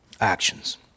actions